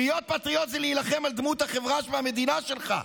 להיות פטריוט זה להילחם על דמות החברה והמדינה שלך.